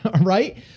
right